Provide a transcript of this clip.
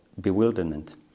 bewilderment